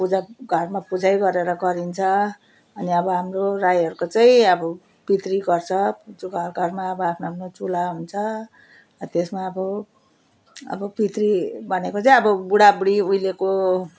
पूजा घरमा पुजै गरेर गरिन्छ अनि अब हाम्रो राईहरूको चाहिँ अब पितृ गर्छ चु घरघरमा अब आफ्नो आफ्नो चुल्हा हुन्छ अब त्यसमा अब अब पितृ भनेको चाहिँ अब बुढाबुढी उहिलेको